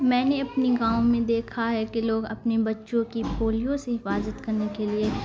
میں نے اپنے گاؤں میں دیکھا ہے کہ لوگ اپنے بچوں کی پولیو سے حفاظت کرنے کے لیے